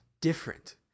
different